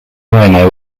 moreno